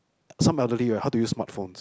some elderly right how to use smart phones